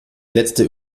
letzte